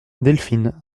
delphine